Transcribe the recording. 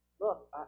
look